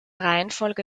reihenfolge